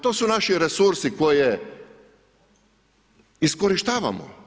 To su naši resursi koje iskorištavamo.